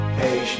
hey